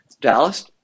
Dallas